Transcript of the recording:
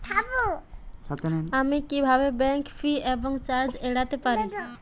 আমি কিভাবে bank fee এবং চার্জ এড়াতে পারি?